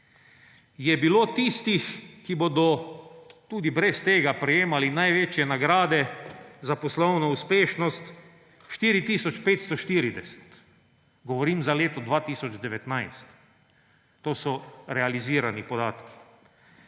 je bilo tistih, ki bodo tudi brez tega prejemali največje nagrade za poslovno uspešnost, 4 tisoč 540. Govorim za leto 2019 – to so realizirani podatki.